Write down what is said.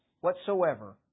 whatsoever